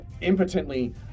impotently